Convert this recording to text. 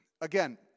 again